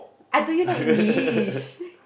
I told you not English